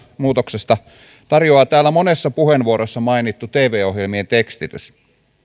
muutoksesta tarjoaa täällä monessa puheenvuorossa mainittu tv ohjelmien tekstitys